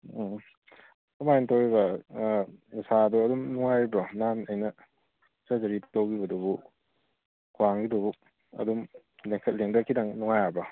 ꯎꯝ ꯀꯃꯥꯏꯅ ꯇꯧꯔꯤꯕ ꯅꯁꯥꯗꯣ ꯑꯗꯨꯝ ꯅꯨꯡꯉꯥꯏꯔꯤꯕ꯭ꯔꯣ ꯅꯍꯥꯟ ꯑꯩꯅ ꯁꯔꯖꯔꯤ ꯇꯧꯈꯤꯕꯗꯨꯕꯨ ꯈ꯭ꯋꯥꯡꯒꯤꯗꯨꯕꯨ ꯑꯗꯨꯝ ꯂꯦꯡꯈꯠ ꯂꯦꯡꯗ ꯈꯤꯇꯪ ꯅꯨꯡꯉꯥꯏꯔꯕꯣ